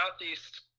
Southeast